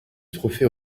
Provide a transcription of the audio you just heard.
trophée